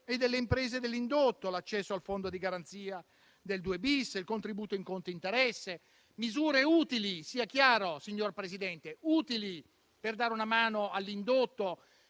e delle imprese dell'indotto; l'accesso al fondo di garanzia dell'articolo 2-*bis*, il contributo in conto interesse: misure utili, sia chiaro, signor Presidente, per dare una mano all'indotto